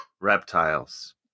reptiles